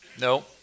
No